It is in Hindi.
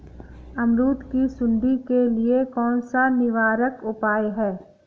अमरूद की सुंडी के लिए कौन सा निवारक उपाय है?